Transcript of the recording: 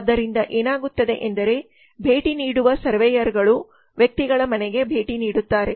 ಆದ್ದರಿಂದ ಏನಾಗುತ್ತದೆ ಎಂದರೆ ಭೇಟಿ ನೀಡುವ ಸರ್ವೇಯರ್ಗಳು ವ್ಯಕ್ತಿಗಳಮನೆಗೆಭೇಟಿ ನೀಡುತ್ತಾರೆ